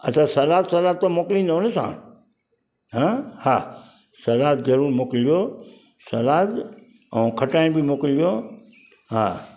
असां salad salad त मोकिलींदो न तव्हां हा हा सलाद जरूर मोकिलिजो सालाद ऐं खटाइण बि मोकिलिजो हा